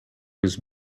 was